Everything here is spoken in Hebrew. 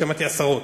שמעתי עשרות,